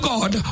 God